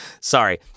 sorry